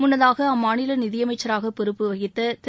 முள்ளதாக அம்மாநில நிதியமைச்சராக பொறுப்பு வகித்த திரு